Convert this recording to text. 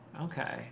okay